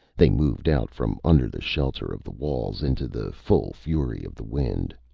they moved out from under the shelter of the walls, into the full fury of the wind.